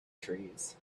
trees